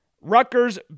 Rutgers